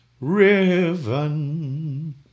riven